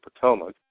Potomac